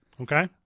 Okay